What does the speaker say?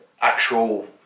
actual